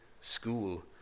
school